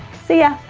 see ya!